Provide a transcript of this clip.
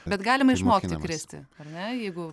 bet galima išmokti kristi ar ne jeigu